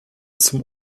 zum